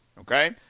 okay